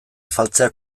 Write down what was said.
afaltzea